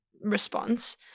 response